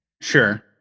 Sure